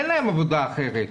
אין להם עבודה אחרת.